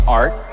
art